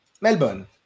melbourne